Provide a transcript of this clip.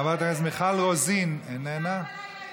חברת הכנסת מיכל רוזין, מוותרת,